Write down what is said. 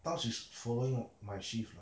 now she is following my shift lah